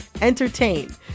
entertain